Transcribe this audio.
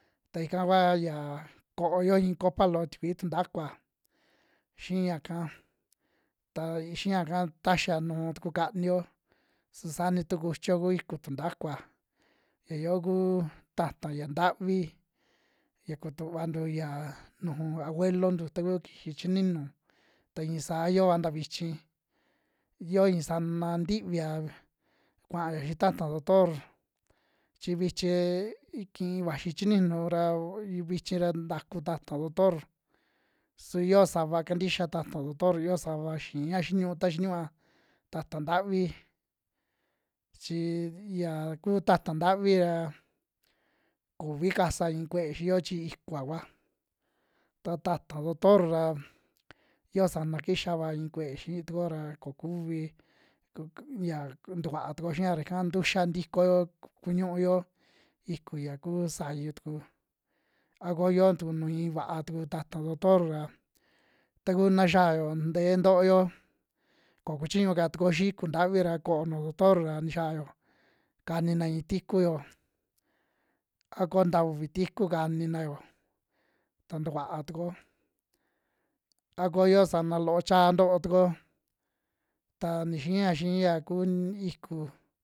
Ta ika kua yaa ko'oyo iin copa loo tikui tuntakua xii yaka, ta xia'ka ta xa nuu tuku kani'o su saa ni tu kuchio ku iku tuntakua ya yoo kuu ta'ta ya ntavi, ya kutuvantu yaa nuju abuelontu, ta ku kixi chi ninu ta iin saa yoa nta vichi, yoo in sana ntivia kua'ayo xii ta'ta doctor chi vichii kii vaxi chi niinu ra vo vichi ra ntaku ta'ata doctor, su yoo sava kantixia ta'ta doctor, yoo sava xia xiniu ta xiniua ta'ta ntavi, chi ya kuu ta'ta ntavi aa kuvi kasa iin kue'e xiiyo chi iku'a kua ta ta'ta doctor ra yo sana kixava in kue'e xii tukuo ra ko kuvi ku ya ntukua tukuyo xia ra ika ntuxa ntikoyo kuñuyo iku ya kuu sayu tuku, a ko yoo tuku nu iin vaa tuku ta'ta doctor ra taku na xiayo ntee ntoyo ko kuchiñu ka tukuyo xii iku ntavi ra koo nuju doctor ra, nixiao kanina iin tikuyo a ko nta uvi tiku kaninayo ta tukua'a tukuo, a ko yoo sana loo chaa nto tuku'o ta ni xia xi'i ya kuu iku.